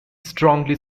strongly